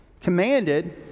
Commanded